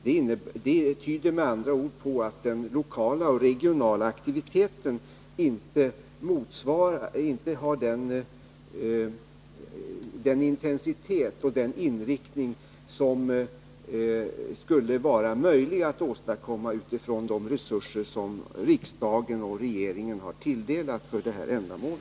Det tyder med andra ord på att den lokala och regionala aktiviteten inte har den intensitet och den inriktning som skulle vara möjlig att åstadkomma utifrån de resurser som riksdagen och regeringen har anslagit för detta ändamål.